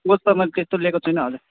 coach त मैले त्यस्तो लिएको छुइनँ अहिले